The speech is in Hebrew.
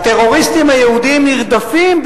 הטרוריסטים היהודים נרדפים,